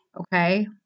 Okay